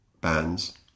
bands